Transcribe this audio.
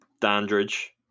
Dandridge